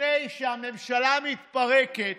לפני שהממשלה מתפרקת